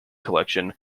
collection